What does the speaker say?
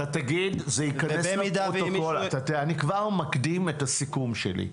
אני כבר מקדים את הסיכום שלי.